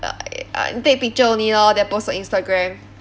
take picture only lor then post on instagram